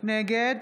נגד